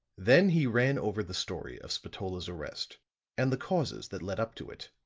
then he ran over the story of spatola's arrest and the causes that led up to it.